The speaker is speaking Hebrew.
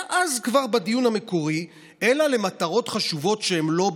כבר אז בדיון המקורי: אלא למטרות חשובות שהן לא ביטחון.